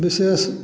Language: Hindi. विशेष